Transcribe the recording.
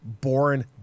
born